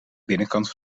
binnenkant